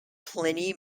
pliny